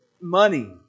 money